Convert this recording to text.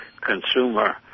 consumer